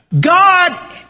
God